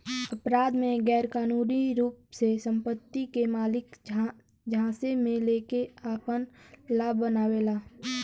अपराध में गैरकानूनी रूप से संपत्ति के मालिक झांसे में लेके आपन लाभ बनावेला